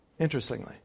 Interestingly